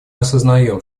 осознаем